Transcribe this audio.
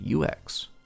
UX